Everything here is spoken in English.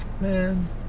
man